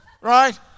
right